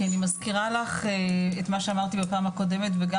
כי אני מזכירה לך את מה שאמרתי בפעם הקודמת וגם